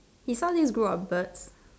he saw this group of birds